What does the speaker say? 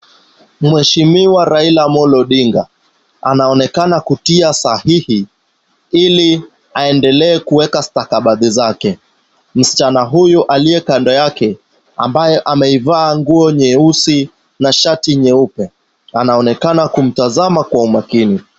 Mheshimiwa Raila Amolo Odinga, anaonekana kutia sahihi ili aendelee kuweka stakabadhi zake. Msichana huyo aliye kando yake, ambaye ameivaa nguo nyeusi na shati nyeupe, anaonekana kumtazama kwa umakini.